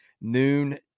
noon